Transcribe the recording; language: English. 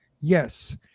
Yes